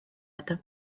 это